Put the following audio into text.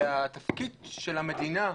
התפקיד של המדינה,